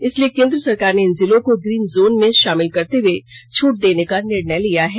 इसलिए केंद्र सरकार ने इन जिलों को ग्रीन जोन में षामिल करते हुए छूट देने का निर्णय लिया है